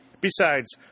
Besides